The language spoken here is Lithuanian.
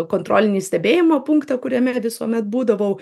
kontrolinį stebėjimo punktą kuriame visuomet būdavau